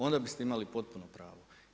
Onda biste imali potpuno pravo.